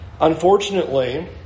Unfortunately